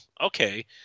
okay